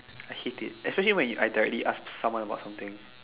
I hate it especially when you I directly ask someone about something